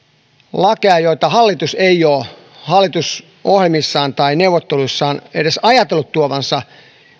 lakeja joita hallitus ei ole hallitusohjelmissaan tai neuvotteluissaan edes ajatellut tuovansa